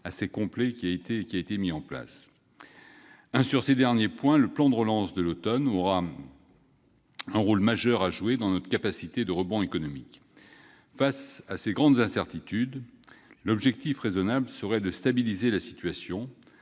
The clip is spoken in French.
assez complet a été déployé. Sur ces derniers points, le plan de relance de l'automne aura un rôle majeur à jouer pour la capacité de notre économie à rebondir. Face à ces grandes incertitudes, l'objectif raisonnable serait de stabiliser la situation